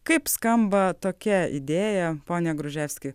kaip skamba tokia idėja fone gruževskį